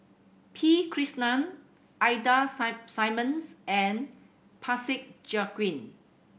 P Krishnan Ida Simmons and Parsick Joaquim